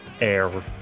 air